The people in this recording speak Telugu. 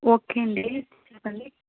ఓకే అండి చెప్పండి